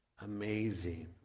amazing